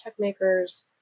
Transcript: Techmakers